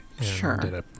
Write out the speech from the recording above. sure